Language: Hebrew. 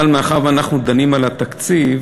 אבל מאחר שאנחנו דנים על התקציב,